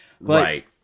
right